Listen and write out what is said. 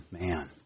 man